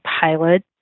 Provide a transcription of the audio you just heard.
pilot